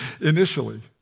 initially